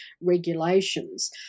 regulations